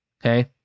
Okay